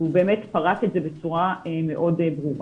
הוא באמת פרס את זה בצורה מאוד ברורה.